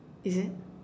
is it